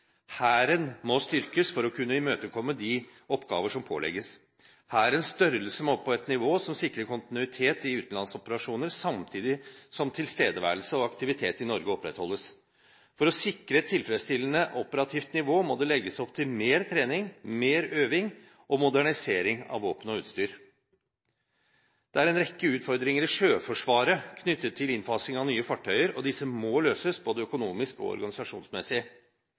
Hæren må styrkes for å kunne imøtekomme de oppgaver som pålegges. Hærens størrelse må opp på et nivå som sikrer kontinuitet i utenlandsoperasjoner, samtidig som tilstedeværelse og aktivitet i Norge opprettholdes. For å sikre et tilfredsstillende operativt nivå må det legges opp til mer trening, mer øving og modernisering av våpen og utstyr. Det er en rekke utfordringer i Sjøforsvaret knyttet til innfasing av nye fartøyer, og disse må løses både økonomisk og organisasjonsmessig.